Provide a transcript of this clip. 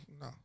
no